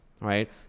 right